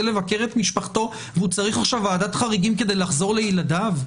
לבקר את משפחתו והוא צריך עכשיו ועדת חריגים כדי לחזור לילדיו?